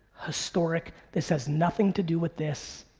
historic. this has nothing to do with this.